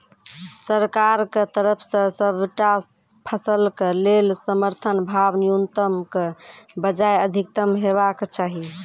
सरकारक तरफ सॅ सबटा फसलक लेल समर्थन भाव न्यूनतमक बजाय अधिकतम हेवाक चाही?